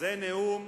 זה נאום